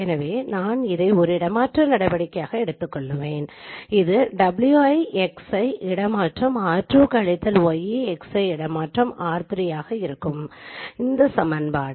எனவே நான் அதை ஒரு இடமாற்ற நடவடிக்கைகளாக எடுத்துக்கொள்வேன் அது w 1 X i இடமாற்றம் r 2 கழித்தல் y i X i இடமாற்றம் r 3 ஆக இருக்கும் அந்தசமன்பாடு